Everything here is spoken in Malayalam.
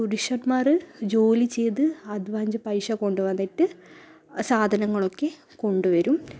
പുരുഷന്മാർ ജോലി ചെയ്ത് അധ്വാനിച്ച് പൈസ കൊണ്ട് വന്നിട്ട് സാധനങ്ങളൊക്കെ കൊണ്ട് വരും